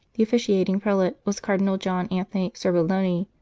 the officiating prelate was cardinal john anthony serbellone,